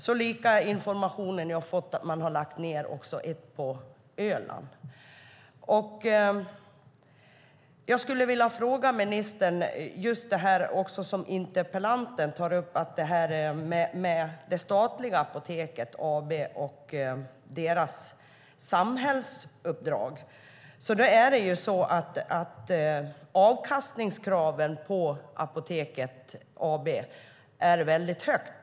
Jag har också fått information att man har lagt ned ett på Öland. Jag vill fråga ministern om det som också interpellanten tar upp om det statliga Apoteket AB och dess samhällsuppdrag. Avkastningskravet på Apoteket AB är väldigt högt.